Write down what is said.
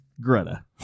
greta